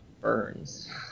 burns